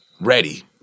ready